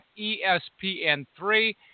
ESPN3